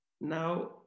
Now